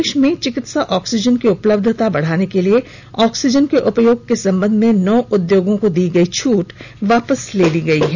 देश में चिकित्सा ऑक्सीजन की उपलब्धता बढ़ाने के लिए ऑक्सीजन के उपयोग के संबंध में नौ उद्योगों को दी गई छूट वापस ले ली गई है